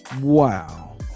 Wow